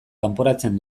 kanporatzen